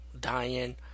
dying